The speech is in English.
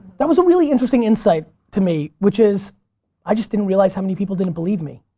that was a really interesting insight to me which is i just didn't realize how many people didn't believe me.